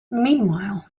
meanwhile